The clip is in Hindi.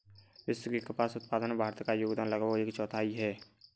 विश्व के कपास उत्पादन में भारत का योगदान लगभग एक चौथाई है